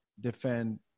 defend